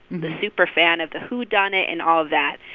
the superfan of the whodunit and all of that.